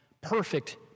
perfect